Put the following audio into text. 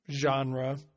genre